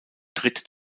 tritt